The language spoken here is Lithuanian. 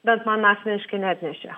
bent man asmeniškai neatnešė